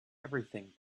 everything